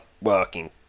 working